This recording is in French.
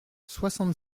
soixante